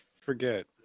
forget